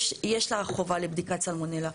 יש לה חובה לבדיקת סלמונלה.